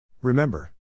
Remember